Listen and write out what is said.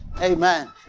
Amen